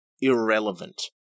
irrelevant